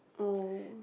oh